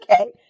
okay